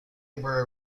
were